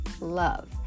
love